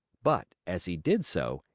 but, as he did so,